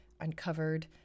uncovered